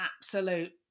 absolute